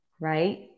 right